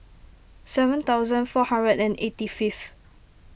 seven thousand four hundred and eighty fifth